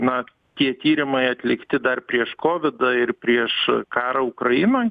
na tie tyrimai atlikti dar prieš kovidą ir prieš karą ukrainoj